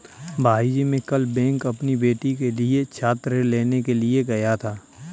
भाईजी मैं कल बैंक अपनी बेटी के लिए छात्र ऋण लेने के लिए गया था